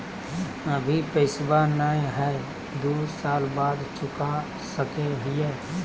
अभि पैसबा नय हय, दू साल बाद चुका सकी हय?